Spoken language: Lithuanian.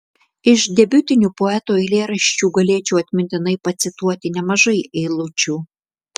iš debiutinių poeto eilėraščių galėčiau atmintinai pacituoti nemažai eilučių